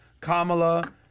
Kamala